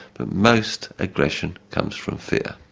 but most aggression comes from fear.